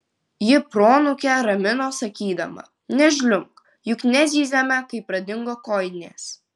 ji proanūkę ramino sakydama nežliumbk juk nezyzėme kai pradingo kojinės